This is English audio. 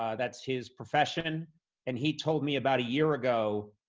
ah that's his profession and he told me about a year ago,